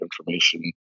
information